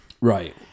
Right